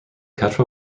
quechua